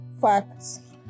Facts